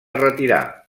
retirar